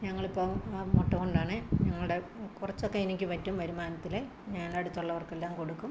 ഞങ്ങളിപ്പോൾ ആ മുട്ട കൊണ്ടാണ് ഞങ്ങളുടെ കുറച്ചൊക്കെ എനിക്കു പറ്റും വരുമാനത്തിൽ ഞങ്ങളുടെ അടുത്തുള്ളവർക്കെല്ലാം കൊടുക്കും